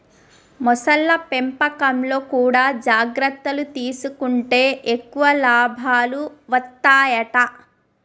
మొసళ్ల పెంపకంలో కూడా జాగ్రత్తలు తీసుకుంటే ఎక్కువ లాభాలు వత్తాయట